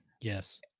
Yes